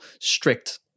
strict